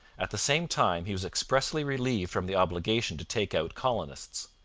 at the same time, he was expressly relieved from the obligation to take out colonists.